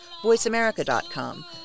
VoiceAmerica.com